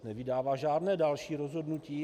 Nevydává žádné další rozhodnutí.